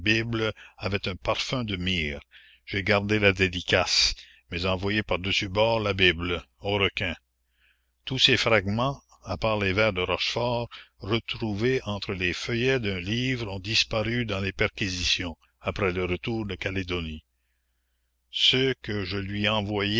avait un parfum de myrrhe j'ai gardé la dédicace mais envoyé par dessus bord la bible aux requins tous ces fragments à part les vers de rochefort retrouvés entre les feuillets d'un livre ont disparu dans les perquisitions après le retour de calédonie ceux que je lui envoyai